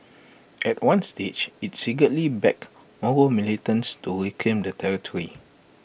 at one stage IT secretly backed Moro militants to reclaim the territory